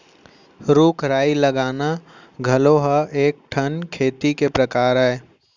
रूख राई लगाना घलौ ह एक ठन खेती के परकार अय